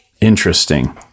Interesting